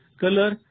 Color